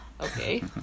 okay